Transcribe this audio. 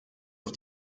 auf